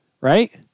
right